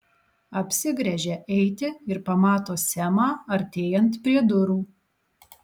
apsigręžia eiti ir pamato semą artėjant prie durų